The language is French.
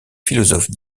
philosophe